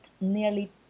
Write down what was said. nearly